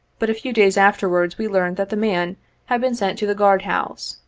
but a few days afterwards we learned that the man had been sent to the guard-house.